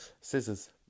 scissors